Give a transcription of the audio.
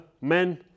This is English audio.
men